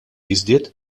jiżdied